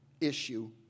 issue